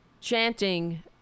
chanting